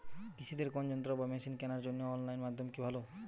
কৃষিদের কোন যন্ত্র বা মেশিন কেনার জন্য অনলাইন মাধ্যম কি ভালো?